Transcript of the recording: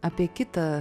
apie kitą